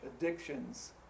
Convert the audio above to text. addictions